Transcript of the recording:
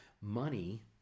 money